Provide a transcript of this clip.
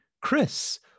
Chris